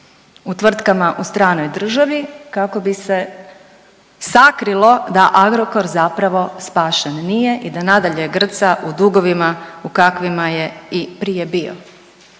u tvrtkama u stranoj državi kako bi se sakrilo da Agrokor zapravo spašen nije i da nadalje grca u dugovima u kakvima je i prije bio.